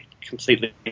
completely